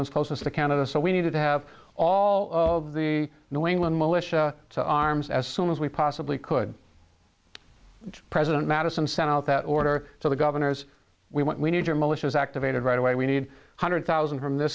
was closest to canada so we needed to have all of the new england militia to arms as soon as we possibly could president madison sent out that order to the governors we want we need your militias activated right away we need hundred thousand from th